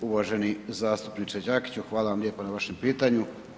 Uvaženi zastupniče Đakiću hvala vam lijepa na vašem pitanju.